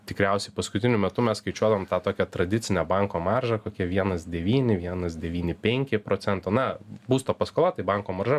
tikriausiai paskutiniu metu mes skaičiuodavom tą tokią tradicinę banko maržą kokia vienas devyni vienas devyni penki procento na būsto paskola tai banko marža